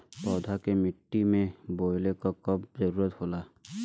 पौधा के मिट्टी में बोवले क कब जरूरत होला